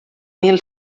mil